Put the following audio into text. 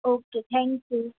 okay thank you